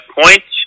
point